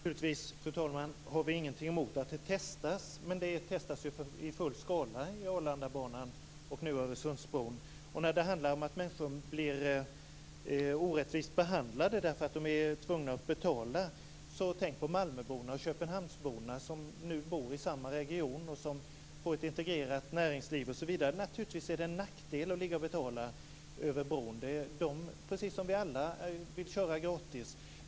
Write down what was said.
Fru talman! Naturligtvis har vi ingenting emot att detta testas, men det testas ju i full skala i och med Arlandabanan och nu Öresundsbron. När det handlar om att människor blir orättvist behandlade därför att de är tvungna att betala, så tänk på Malmö och Köpenhamnsborna som nu bor i samma region och får ett integrerat näringsliv osv. Naturligtvis är det en nackdel att betala för att åka över bron. De, precis som vi alla, vill ju köra gratis.